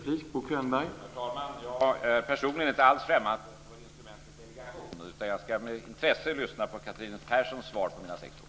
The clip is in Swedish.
Herr talman! Personligen är jag inte alls främmande för instrumentet delegation. Jag ska med intresse lyssna på Catherine Perssons svar på mina sex frågor.